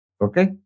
Okay